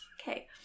Okay